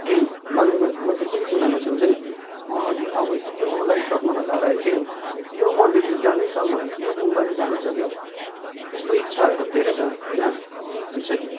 मनको कुनै कुनामा हुन्छ नि अँ अब यो लाइफ सक्नु भन्दा अगाडि चाहिँ यो मन्दिर चाहिँ जानै छ मलाई यो गुम्बा चाहिँ जानै छ क्याउ त्यस्तो इच्छाहरू त धेरै छ होइन